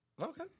Okay